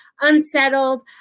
unsettled